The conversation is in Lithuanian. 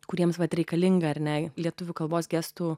kuriems vat reikalinga ar ne lietuvių kalbos gestų